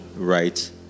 right